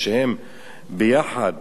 כשהם ביחד